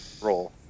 roll